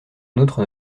nôtres